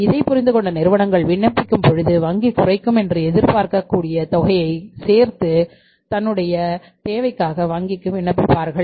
இதை புரிந்து கொண்ட நிறுவனங்கள் விண்ணப்பிக்கும் பொழுது வங்கி குறைக்கும் என்று எதிர்பார்க்கக் கூடிய தொகையையும் சேர்த்து தன்னுடைய தேவையாக வங்கிக்கு விண்ணப்பிப்பார்கள்